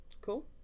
Cool